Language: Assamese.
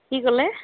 কি ক'লে